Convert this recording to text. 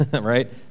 right